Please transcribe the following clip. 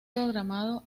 programado